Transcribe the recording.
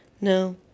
No